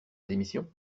démission